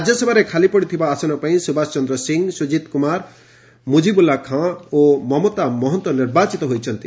ରାଜ୍ୟସଭାରେ ଖାଲିପଡିଥିବା ଆସନ ପାଇଁ ସ୍ରବାସ ଚନ୍ଦ ସିଂ ସୁଜିତ କୁମାର ମୁଜିବୁଲା ଖାନ୍ ଓ ମମତା ମହନ୍ତ ନିର୍ବାଚିତ ହୋଇଛନ୍ତି